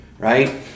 Right